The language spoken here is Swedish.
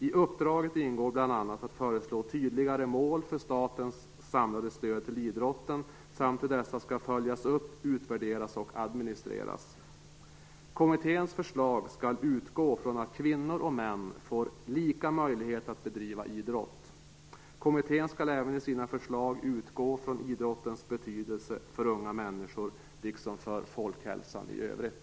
I uppdraget ingår bl.a. att föreslå tydligare mål för statens samlade stöd till idrotten samt hur dessa skall följas upp, utvärderas och administreras. Kommitténs förslag skall utgå från att kvinnor och män får lika möjligheter att bedriva idrott. Kommittén skall även i sina förslag utgå från idrottens betydelse för unga människor liksom för folkhälsan i övrigt.